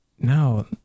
no